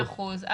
מאה אחוז,